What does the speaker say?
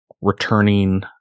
returning